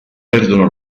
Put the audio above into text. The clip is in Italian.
perdono